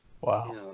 Wow